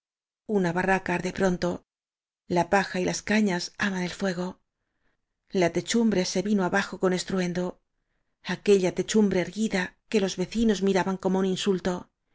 una barraca arde pronto la paja y las cañas aman el fuego la techumbre se vino abajo con estruendo aquella techumbre erguida que los vecinos miraban como un insulto